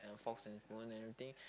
your forks and spoon and everything